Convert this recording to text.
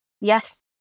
Yes